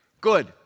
Good